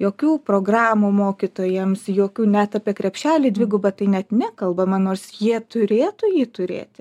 jokių programų mokytojams jokių net apie krepšelį dvigubą tai net nekalbama nors jie turėtų jį turėti